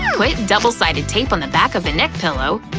double-sided tape on the back of the neck pillow.